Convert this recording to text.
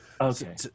okay